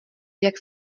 jak